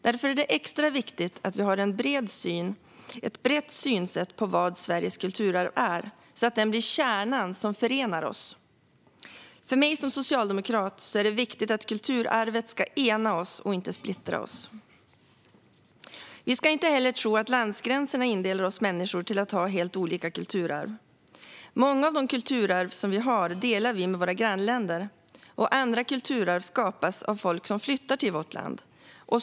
Därför är det extra viktigt att vi har ett brett synsätt på vad Sveriges kulturarv är, så att det blir kärnan som förenar oss. För mig som socialdemokrat är det viktigt att kulturarvet ska ena oss och inte splittra oss. Vi ska inte heller tro att landsgränserna indelar oss människor till att ha helt olika kulturarv. Många av de kulturarv som vi har delar vi med våra grannländer, och andra kulturarv skapas av folk som flyttar till vårt land.